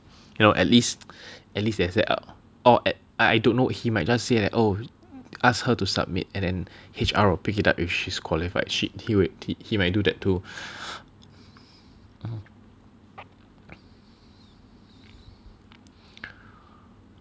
you know at least at least they set up or at I don't know he might just say that oh ask her to submit and then H_R will pick it up if she's qualified she he would he might do that too